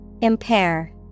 Impair